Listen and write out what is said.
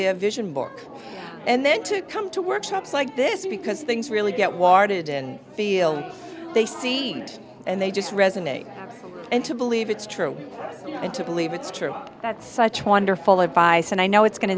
the vision book and then to come to workshops like this because things really get wadded and feel like they see it and they just resonate and to believe it's true and to believe it's true that such wonderful advice and i know it's going to